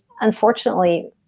unfortunately